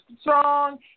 strong